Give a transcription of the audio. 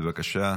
בבקשה,